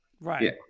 Right